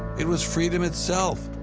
it was freedom itself,